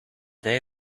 day